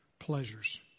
pleasures